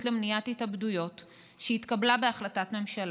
למניעת התאבדויות שהתקבלה בהחלטת ממשלה.